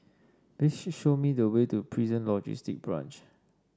please show me the way to Prison Logistic Branch